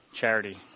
charity